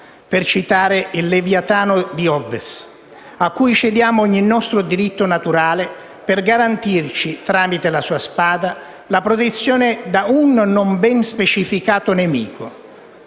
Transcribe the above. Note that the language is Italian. per citare il «Leviatano» di Hobbes, cui cediamo ogni nostro diritto naturale per garantirci, tramite la sua spada, la protezione da un non ben specificato nemico.